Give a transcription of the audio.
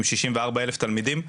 עם ששים וארבעה אלף תלמידים,